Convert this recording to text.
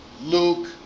Luke